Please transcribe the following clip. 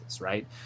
right